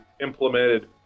implemented